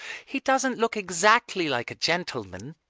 he doesn't look exactly like a gentleman.